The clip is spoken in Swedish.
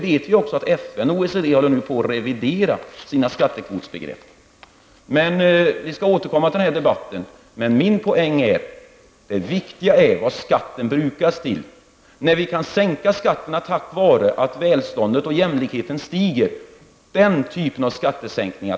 FN och OECD håller nu på att revidera sina skattekvotsbegrepp. Vi skall återkomma till denna debatt. Min poäng är att det viktiga är vad skatten brukas till. Jag hoppas på den typen av skattesänkningar som beror ppå att välståndet och jämlikehten stiger.